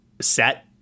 set